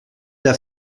der